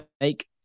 make